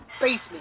basement